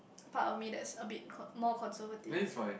part of me that is a bit con~ more conservative